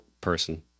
person